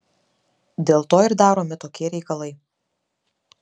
dėl to ir daromi tokie reikalai